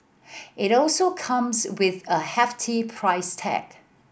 it also comes with a hefty price tag